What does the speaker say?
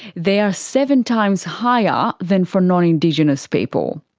they are seven times higher than for non-indigenous people.